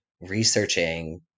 researching